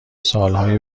سالهای